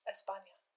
España